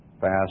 fast